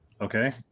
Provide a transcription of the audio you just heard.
Okay